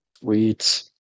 Sweet